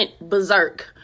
berserk